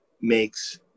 makes